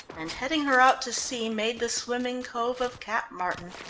and heading her out to sea made the swimming cove of cap martin.